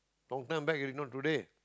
long time back already not today